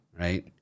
right